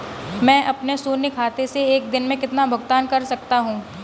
मैं अपने शून्य खाते से एक दिन में कितना भुगतान कर सकता हूँ?